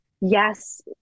yes